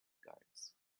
guards